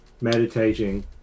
meditating